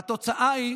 והתוצאה היא